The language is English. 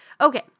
Okay